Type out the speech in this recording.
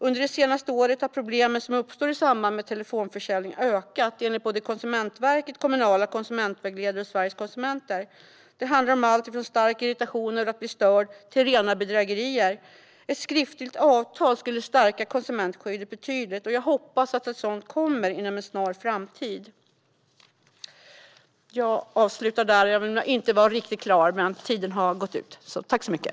Under de senaste åren har problem som uppstår i samband med telefonförsäljning ökat, enligt Konsumentverket, kommunala konsumentvägledare och Sveriges Konsumenter. Det handlar om allt från stark irritation över att bli störd till rena bedrägerier. Ett skriftligt avtal skulle stärka konsumentskyddet betydligt. Jag hoppas att ett sådant kommer inom en snar framtid. Jag avslutar där. Jag var inte riktigt klar, men min talartid har tagit slut.